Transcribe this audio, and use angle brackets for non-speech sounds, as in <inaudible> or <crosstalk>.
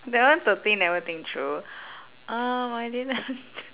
that one totally never think through um I didn't <laughs>